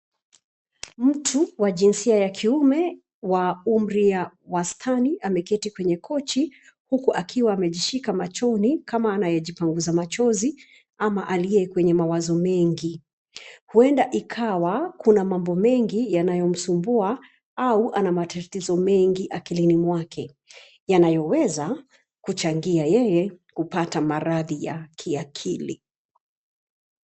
Mtu wa jinsia ya kiume wa umri ya wastani ameketi kwenye kochi huku akiwa amejishika machoni, kama anayejipanguza machozi ama aliye kwenye mawazo mengi. Huenda ikawa kuna mambo mengi yanayomsumbua au ana matatizo mengi akilini mwake, yanayoweza kuchangia yeye kupata maradhi ya kiakili.